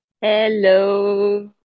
hello